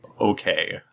Okay